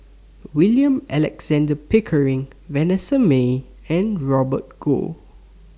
William Alexander Pickering Vanessa Mae and Robert Goh